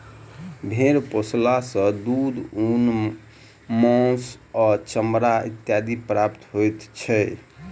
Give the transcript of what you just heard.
भेंड़ पोसला सॅ दूध, ऊन, मौंस आ चमड़ा इत्यादि प्राप्त होइत छै